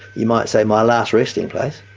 you might say, my last resting place,